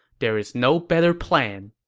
there is no better plan.